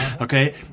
okay